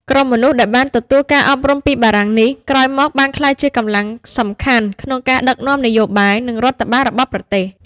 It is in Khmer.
ក្រុមមនុស្សដែលបានទទួលការអប់រំពីបារាំងនេះ ក្រោយមកបានក្លាយជាកម្លាំងសំខាន់ក្នុងការដឹកនាំនយោបាយ និងរដ្ឋបាលរបស់ប្រទេស។